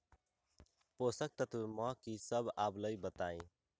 पोषक तत्व म की सब आबलई बताई?